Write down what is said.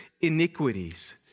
iniquities